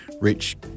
rich